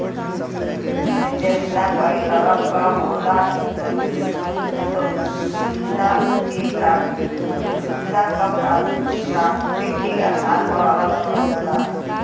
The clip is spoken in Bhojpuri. उद्यमिता कई तरह क होला इ उद्दमशीलता क प्रकृति के आधार पर अलग अलग होला